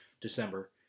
December